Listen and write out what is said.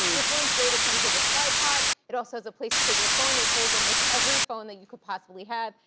this one's great, it comes with a tripod. it also has a place to put your phone and holds almost every phone that you could possibly have.